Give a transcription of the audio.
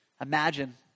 Imagine